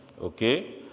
okay